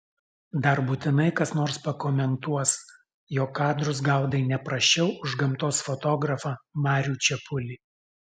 dar būtinai kas nors pakomentuos jog kadrus gaudai ne prasčiau už gamtos fotografą marių čepulį